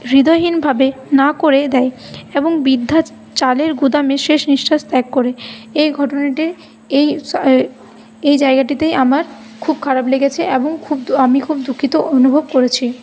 হৃদয়হীনভাবে না করে দেয় এবং বৃদ্ধা চালের গুদামে শেষ নিঃশ্বাস ত্যাগ করে এই ঘটনাটির এই এই জায়গাটিতেই আমার খুব খারাপ লেগেছে এবং আমি খুব দুঃখিত অনুভব করেছি